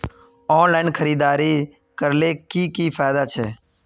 Online खरीदारी करले की की फायदा छे?